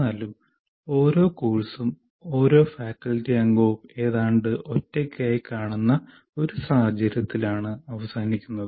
എന്നാലും ഓരോ കോഴ്സും ഓരോ ഫാക്കൽറ്റി അംഗവും ഏതാണ്ട് ഒറ്റക്കായി കാണുന്ന ഒരു സാഹചര്യത്തിലാണ് അവസാനിക്കുന്നത്